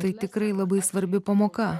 tikrai labai svarbi pamoka